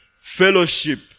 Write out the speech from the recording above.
fellowship